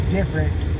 different